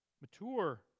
mature